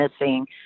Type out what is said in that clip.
missing